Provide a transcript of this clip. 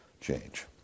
change